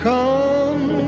Come